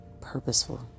purposeful